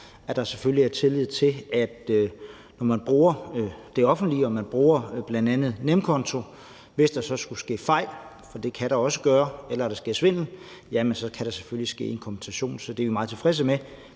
vi har, selvfølgelig er tillid til, at når man bruger det offentlige og man bruger bl.a. nemkonto, og hvis der så skulle ske fejl, for det kan der også gøre, eller der sker svindel, så kan der selvfølgelig ske en kompensation. Det er vi meget tilfredse med.